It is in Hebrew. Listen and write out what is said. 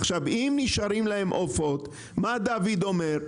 עכשיו, אם נשארים להם עופות, מה דוד אומר?